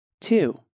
Two